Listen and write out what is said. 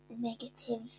negative